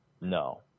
no